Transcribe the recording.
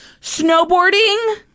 snowboarding